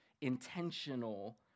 intentional